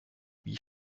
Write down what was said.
wie